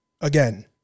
Again